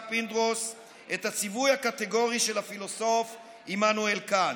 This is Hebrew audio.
פינדרוס את הציווי הקטגורי של הפילוסוף עמנואל קאנט.